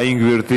האם גברתי